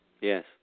Yes